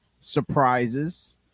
surprises